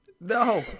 No